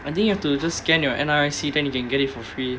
I think you have to just scan your N_R_I_C then you can get it for free